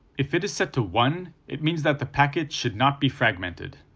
if it is set to one, it means that the packet should not be fragmented.